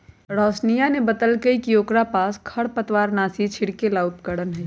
रोशिनीया ने बतल कई कि ओकरा पास खरपतवारनाशी छिड़के ला उपकरण हई